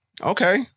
okay